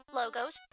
logos